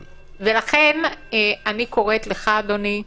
לכן אני קוראת לך, אדוני,